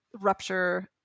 rupture